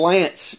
Lance